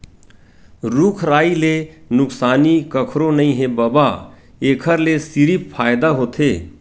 रूख राई ले नुकसानी कखरो नइ हे बबा, एखर ले सिरिफ फायदा होथे